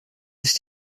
sich